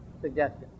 suggestion